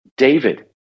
David